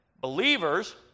believers